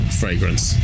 fragrance